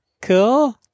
cool